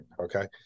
okay